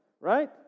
Right